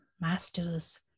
masters